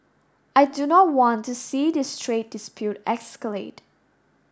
I do not want to see this trade dispute escalate